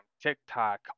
TikTok